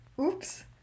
Oops